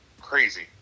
crazy